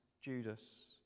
Judas